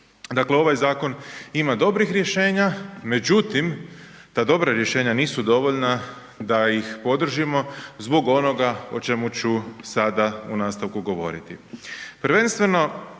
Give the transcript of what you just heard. Dakle ovaj zakon ima dobrih rješenja međutim ta dobra rješenja nisu dovoljna da ih podržimo zbog onoga o čemu ću sada u nastavku govoriti.